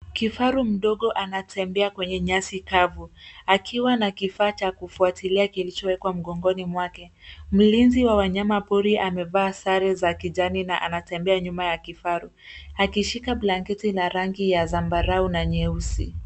Kifaru mdogo anatembea kwenye nyasi kavu, akiwa na kifaa cha kufuatilia kilichowekwa mgongoni mwake. Mlinzi wa wanyama pori amevalia sare za kijani kibichi na anatembea nyuma ya kifaru akishika blanketi ya rangi ya zambarau na nyeusi.